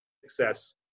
success